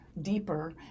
deeper